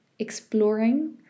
exploring